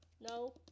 no